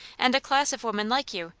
and a class of women like you,